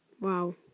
Wow